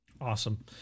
Awesome